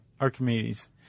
Archimedes